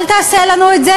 אל תעשה לנו את זה,